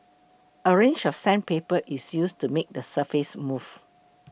a range of sandpaper is used to make the surface smooth